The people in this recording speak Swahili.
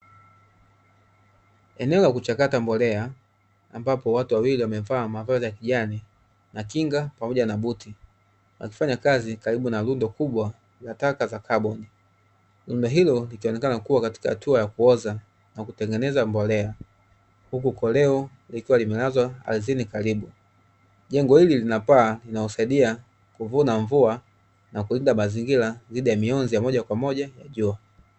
Eneo la kuchakata mbolea, ambapo watu wawili wamevaa mavazi ya kijani, na kinga, pamoja na buti, wakifanya kazi karibu na lundo kubwa la taka za kaboni. Lundo hilo likionekana katika hatua ya kuoza na kutengeneza mbolea, huku koleo likiwa limelazwa ardhini karibu. Jengo hili lina paa linalosaidia kuvuna mvua na kulinda mazingira dhidi ya mionzi ya moja kwa moja ya jua.